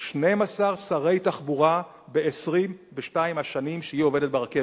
12 שרי תחבורה ב-22 השנים שהיא עובדת ברכבת.